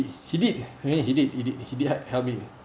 he did I mean he did he did he did help me